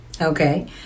Okay